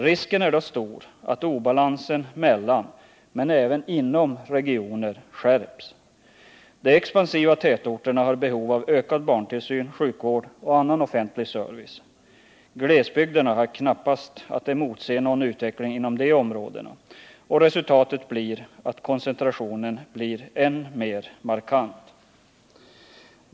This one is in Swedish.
Risken är då stor att obalansen mellan — men även inom — regioner skärps. De expansiva tätorterna har behov av ökad barntillsyn, sjukvård och annan offentlig service. Glesbygderna har knappast att emotse någon utveckling inom de områdena, och resultatet blir att koncentrationen blir än mer markant.